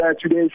today